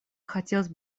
хотелось